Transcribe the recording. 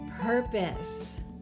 purpose